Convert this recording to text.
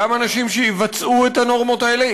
גם אנשים שיבצעו את הנורמות האלה,